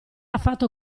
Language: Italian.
affatto